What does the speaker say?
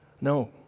No